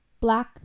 black